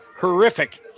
horrific